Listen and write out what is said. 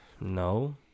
no